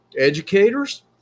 Educators